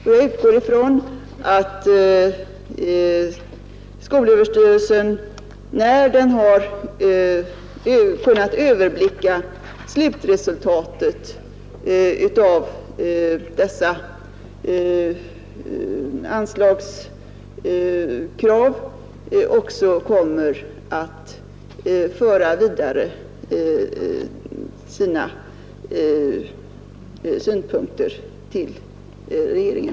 Jag utgår ifrån att skolöverstyrelsen när den har kunnat överblicka slutresultatet av dessa anslagskrav också kommer att föra sina synpunkter vidare till regeringen.